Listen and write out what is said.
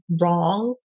wrong